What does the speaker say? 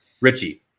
Richie